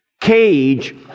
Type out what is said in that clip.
cage